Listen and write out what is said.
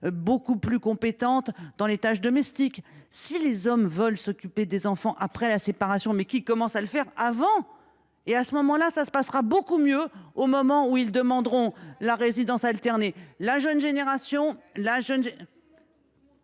beaucoup plus compétentes dans les tâches domestiques. Si les hommes veulent s’occuper des enfants après la séparation, qu’ils commencent à le faire avant ! Dès lors, tout se passera beaucoup mieux au moment où ils demanderont la résidence alternée. La jeune génération